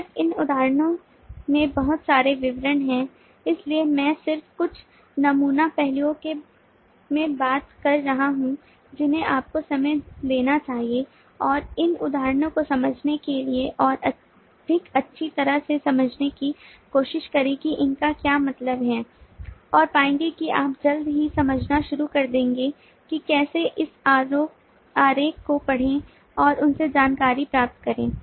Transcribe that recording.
बेशक इन उदाहरणों में बहुत सारे विवरण हैं इसलिए मैं सिर्फ कुछ नमूना पहलुओं के बारे में बात कर रहा हूं जिन्हें आपको समय लेना चाहिए और इन उदाहरणों को समझने के लिए और अधिक अच्छी तरह से समझने की कोशिश करें कि उनका क्या मतलब है और पाएंगे कि आप जल्द ही समझना शुरू कर देंगे कि कैसे इस आरेख को पढ़ें और उनसे जानकारी प्राप्त करें